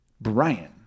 Brian